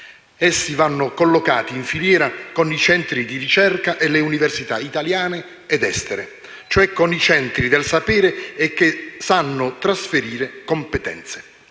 Essi vanno collocati in filiera con i centri di ricerca e le università italiane ed estere, cioè con i centri del sapere che sanno trasferire competenze.